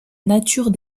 nature